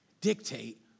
dictate